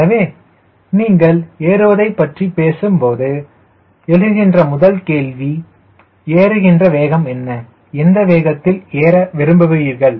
எனவே நீங்கள் ஏறுவதைப் பற்றி பேசும்போது எழுகின்ற முதல் கேள்வி ஏறுகின்ற வேகம் என்ன எந்த வேகத்தில் ஏற விரும்புகிறீர்கள்